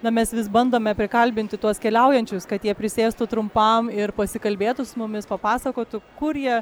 na mes vis bandome prikalbinti tuos keliaujančius kad jie prisėstų trumpam ir pasikalbėtų su mumis papasakotų kur jie